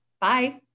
Bye